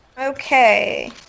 Okay